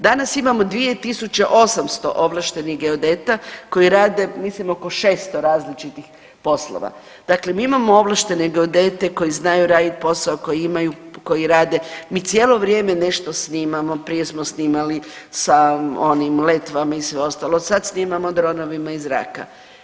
Danas imamo 2800 ovlaštenih geodeta koji rade mislim oko 600 različitih poslova, dakle mi imamo ovlaštene geodete koji znaju radit posao, koji imaju, koji rade, mi cijelo vrijeme nešto snimamo, prije smo snimali sa onim letvama i sve ostalo, sad snimamo dronovima iz zraka.